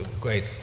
great